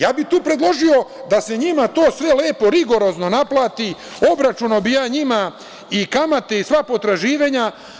Ja bih tu predložio da se to sve njima lepo i rigorozno naplati, obračunao bih ja njima i kamate i sva potraživanja.